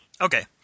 Okay